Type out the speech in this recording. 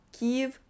Kyiv